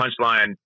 punchline